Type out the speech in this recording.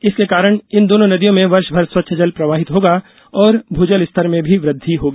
इसके कारण इन दोनों नदियों में वर्ष भर स्वच्छ जल प्रवाहित होगा और भूजल स्तर में भी वृध्दि होगी